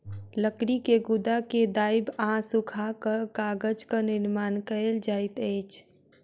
लकड़ी के गुदा के दाइब आ सूखा कअ कागजक निर्माण कएल जाइत अछि